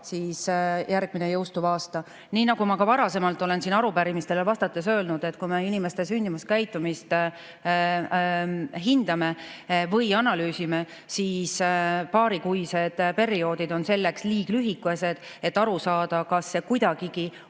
ja järgmine aasta. Nii nagu ma ka varasemalt olen siin arupärimistele vastates öelnud: kui me inimeste sündimuskäitumist hindame või analüüsime, siis paarikuised perioodid on selleks liiga lühikesed, et aru saada, kas see kuidagigi